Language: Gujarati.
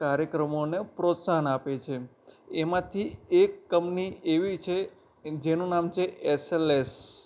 કાર્યક્રમોને પ્રોત્સાહન આપે છે એમાંથી એક કમની એવી છે જેનું નામ છે એસએલએસ